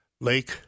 Lake